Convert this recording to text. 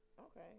Okay